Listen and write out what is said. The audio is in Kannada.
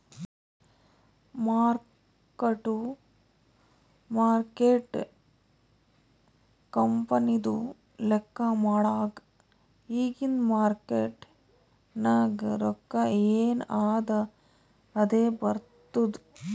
ಮಾರ್ಕ್ ಟು ಮಾರ್ಕೇಟ್ ಕಂಪನಿದು ಲೆಕ್ಕಾ ಮಾಡಾಗ್ ಇಗಿಂದ್ ಮಾರ್ಕೇಟ್ ನಾಗ್ ರೊಕ್ಕಾ ಎನ್ ಅದಾ ಅದೇ ಬರ್ತುದ್